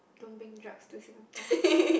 don't bring drugs to Singapore